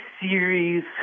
series